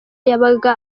yabaga